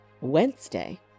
Wednesday